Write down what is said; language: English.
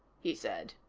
he said.